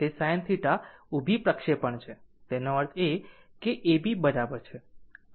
તે sin θ ઉભી પ્રક્ષેપણ છે એનો અર્થ એ કે A B બરાબર છે